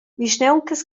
vischnauncas